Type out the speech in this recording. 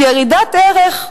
ירידת ערך.